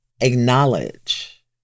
acknowledge